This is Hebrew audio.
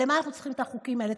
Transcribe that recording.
למה אנחנו צריכים את החוקים האלה?